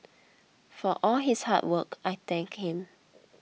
for all his hard work I thank him